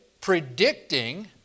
predicting